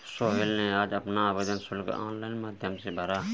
सोहेल ने आज अपना आवेदन शुल्क ऑनलाइन माध्यम से भरा